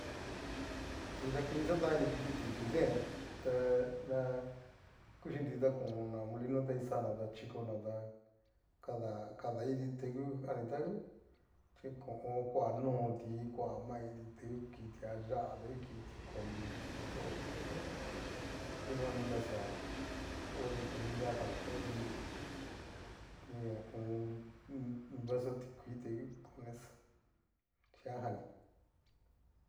Yu'u ta kini katán ini kuchí tinrudeen, ta na kuchínriti ta kona molino ta kixana ta chikona ta kada kadaiti tangu janitangu xhíkoon koa noti koa maiti tangu ki ti'ayá ki tikomi ta konrodo queso ta dikuani taxa oni comida jan ta iin ho o on. vaso tikuii ta con eso xhían jani.